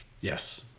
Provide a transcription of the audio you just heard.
Yes